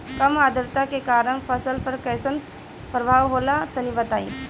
कम आद्रता के कारण फसल पर कैसन प्रभाव होला तनी बताई?